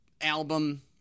album